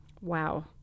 Wow